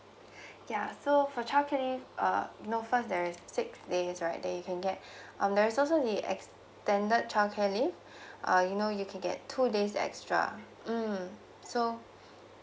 ya so for childcare leave uh you know first there is six days right then you can get um there's also the extended childcare leave uh you know you can get two days extra mm so